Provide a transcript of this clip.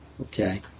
Okay